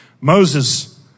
Moses